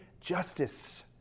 justice